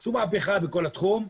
זו מהפכה בכל התחום.